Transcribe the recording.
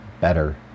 better